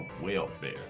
welfare